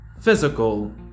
physical